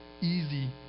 easy